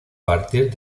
partir